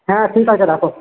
হ্যাঁ ঠিক আছে রাখো